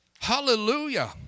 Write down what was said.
Hallelujah